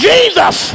Jesus